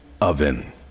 oven